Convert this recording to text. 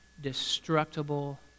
destructible